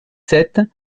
sept